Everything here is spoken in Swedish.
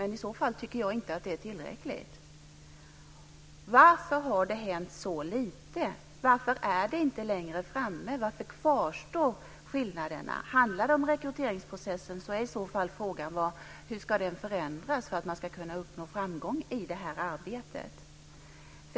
I så fall tycker jag inte att det är tillräckligt. Varför har det hänt så lite? Varför har inte frågan nått längre fram? Varför kvarstår skillnaderna? Handlar det om rekryteringsprocessen är frågan: Hur ska den förändras för att man ska nå framgång i det här arbetet?